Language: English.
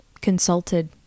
Consulted